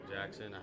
Jackson